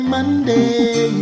Monday